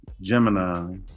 Gemini